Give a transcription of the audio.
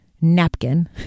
napkin